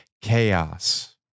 chaos